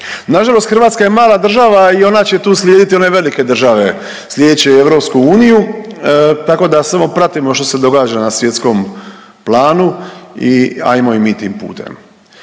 Na žalost Hrvatska je mala država i ona će tu slijediti one velike države slijedeći EU, tako da samo pratimo što se događa na svjetskom planu i hajmo i mi tim putem.